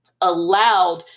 allowed